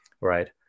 right